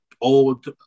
old